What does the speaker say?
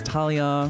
Talia